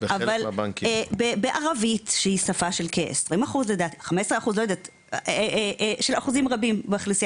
אבל בערבית שהיא שפה של אחוזים רבים באוכלוסייה